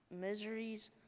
miseries